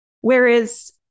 Whereas